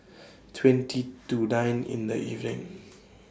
twenty to nine in The evening